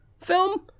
Film